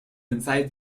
inside